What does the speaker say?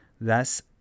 Thus